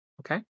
okay